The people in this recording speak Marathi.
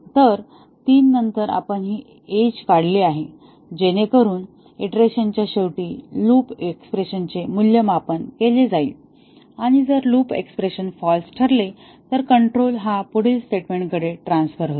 तर 3 नंतर आपण ही एज काढली आहे जेणेकरून ईटरेशन च्या शेवटी लूप एक्स्प्रेशन चे मूल्यमापन केले जाईल आणि जर लूप एक्स्प्रेशन फॉल्स ठरली तर कंट्रोल हा पुढील स्टेटमेंट कडे ट्रान्सफर होईल